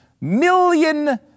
million